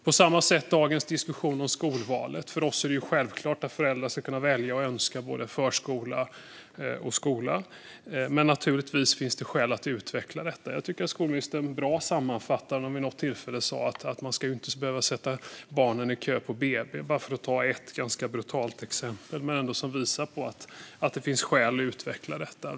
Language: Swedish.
På samma sätt är det i dagens diskussion om skolvalet: För oss är det självklart att föräldrar ska kunna välja och önska både förskola och skola, men naturligtvis finns det skäl att utveckla detta. Jag tycker att skolministern sammanfattade det bra när hon vid något tillfälle sa att man inte ska behöva sätta barnen i kö redan på BB. Det är ett ganska brutalt exempel, men det visar ändå att det finns skäl att utveckla detta.